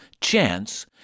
chance